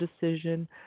decision